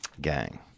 gang